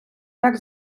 так